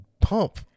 pump